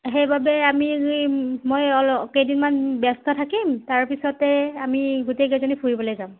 সেইবাবে আমি যি মই কেইদিমান ব্যস্ত থাকিম তাৰ পিছতে আমি গোটেইকেইজনী ফুৰিবলৈ যাম